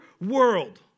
world